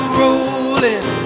rolling